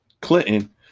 Clinton